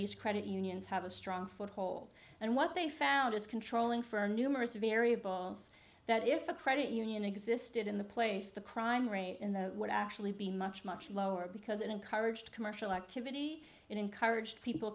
these credit unions have a strong foothold and what they found is controlling for numerous variables that if a credit union existed in the place the crime rate in the would actually be much much lower because it encouraged commercial activity and encouraged people